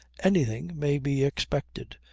anything may be expected.